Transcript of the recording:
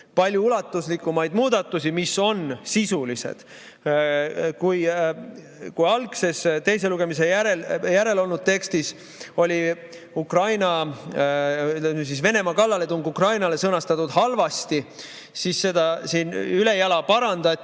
palju ulatuslikumaid muudatusi, mis on sisulised. Kui algses teise lugemise järel olnud tekstis oli Venemaa kallaletung Ukrainale sõnastatud halvasti, siis seda siin ülejala parandati